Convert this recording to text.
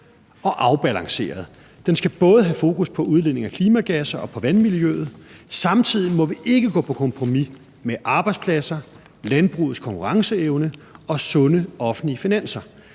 og afbalanceret. Den skal både have fokus på udledning af klimagasser og på vandmiljøet, og samtidig må vi ikke gå på kompromis med arbejdspladser, landbrugets konkurrenceevne og sunde offentlige finanser.